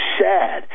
sad